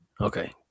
Okay